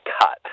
cut